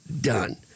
done